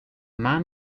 man